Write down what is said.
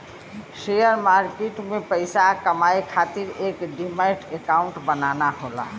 share market में पइसा कमाये खातिर एक डिमैट अकांउट बनाना होला